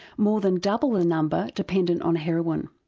more than double the number dependent on heroin.